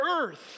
earth